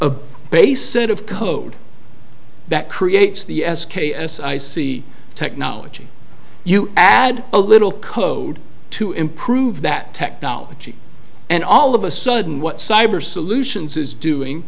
a base set of code that creates the s k s i see technology you add a little code to improve that technology and all of a sudden what cyber solutions is doing